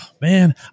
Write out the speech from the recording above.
man